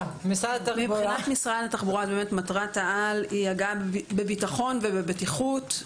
מבחינת משרד התחבורה מטרת העל היא הגעה וחזרה בביטחון ובבטיחות,